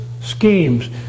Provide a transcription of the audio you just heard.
schemes